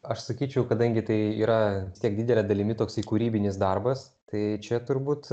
aš sakyčiau kadangi tai yra tiek didele dalimi toksai kūrybinis darbas tai čia turbūt